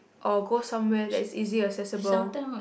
or go somewhere that is easy accessible